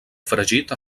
fregit